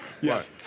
Yes